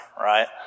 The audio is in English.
right